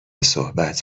صحبت